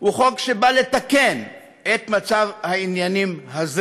הוא חוק שבא לתקן את מצב העניינים הזה.